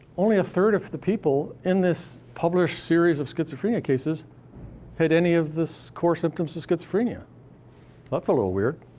only a third of the people in this published series of schizophrenia cases had any of the core symptoms of schizophrenia that's a little weird.